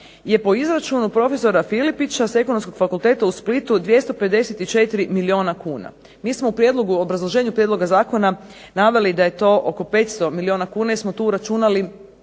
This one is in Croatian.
je po izračunu prof. Filipića s Ekonomskog fakulteta u Splitu 254 milijuna kuna. Mi smo u obrazloženju prijedloga zakona naveli da je to oko 500 milijuna kuna jer smo tu uračunali